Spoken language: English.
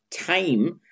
time